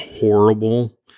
horrible